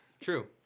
True